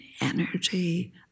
energy